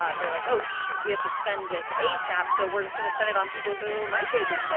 ah they're like, oh shoot, we have to spend this asap, so we're just gonna spend it on people who might be a good fit,